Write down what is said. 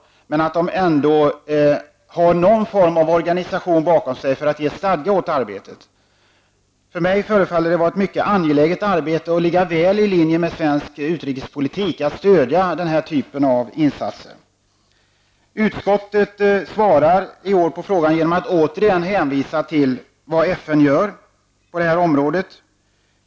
Men det måste ändå finnas någon form av organisation bakom för att ge stadga åt arbetet. Att stödja den här typen av insatser förefaller mig vara ett mycket angeläget arbete, som ligger väl i linje med svensk utrikespolitik. Utskottet svarar i år på frågan med att återigen hänvisa till vad FN gör på detta område.